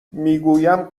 میگویم